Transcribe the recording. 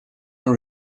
are